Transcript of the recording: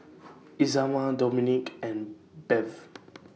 Isamar Domonique and Bev